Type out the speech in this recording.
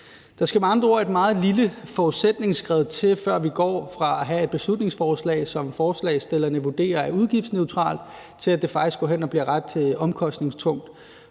Der skal med andre ord et meget lille forudsætningsskred til, før vi går fra at have et beslutningsforslag, som forslagsstillerne vurderer er udgiftsneutralt, til at det faktisk går hen og bliver ret omkostningstungt.